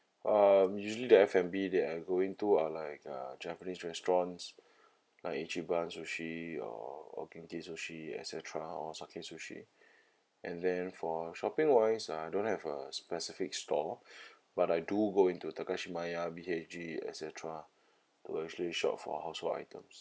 um usually the F&B that I'm going to are like uh japanese restaurants like ichiban sushi or genki sushi et cetera or sakae sushi and then for shopping wise I don't have a specific store but I do go into takashimaya B_H_G et cetera will actually shop for household items